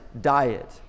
diet